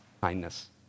kindness